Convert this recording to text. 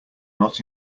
not